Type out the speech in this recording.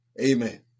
Amen